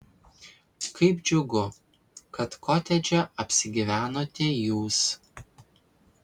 kaip džiugu kad kotedže apsigyvenote jūs